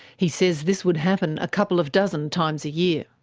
he says this would happen a couple of dozen times a year.